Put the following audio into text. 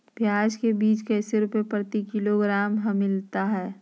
प्याज के बीज कैसे रुपए प्रति किलोग्राम हमिलता हैं?